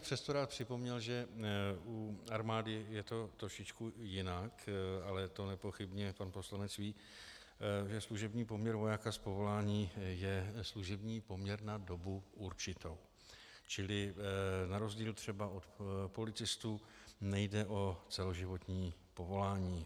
Přesto bych rád připomněl, že u armády je to trošičku jinak, ale to nepochybně pan poslanec ví, že služební poměr vojáka z povolání je služební poměr na dobu určitou, čili na rozdíl třeba od policistů nejde o celoživotní povolání.